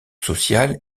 social